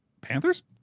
Panthers